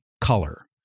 color